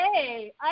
Hey